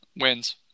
Wins